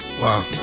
Wow